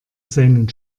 seinen